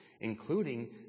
including